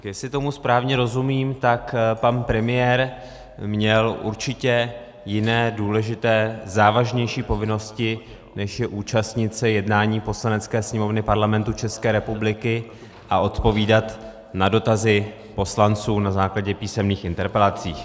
Jestli tomu správně rozumím, tak pan premiér měl určitě jiné důležité, závažnější povinnosti, než je účastnit se jednání Poslanecké sněmovny Parlamentu České republiky a odpovídat na dotazy poslanců na základě písemných interpelací.